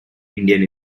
indian